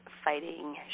fighting